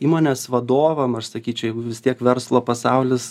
įmonės vadovam aš sakyčiau jeigu vis tiek verslo pasaulis